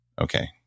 Okay